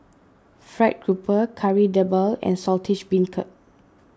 Fried Grouper Kari Debal and Saltish Beancurd